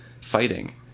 fighting